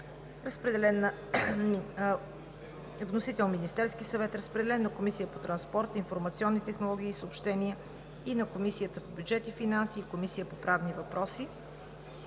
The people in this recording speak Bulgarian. Вносител е Министерският съвет. Разпределен е на Комисията по транспорт, информационни технологии и съобщенията, на Комисията по бюджет и финанси и на Комисията по правни въпроси.